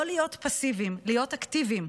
לא להיות פסיביים, להיות אקטיביים.